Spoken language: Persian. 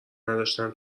نداشتن